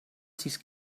sis